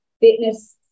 fitness